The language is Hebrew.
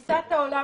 באמת,